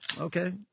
Okay